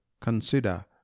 consider